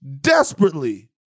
desperately